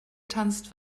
tanzt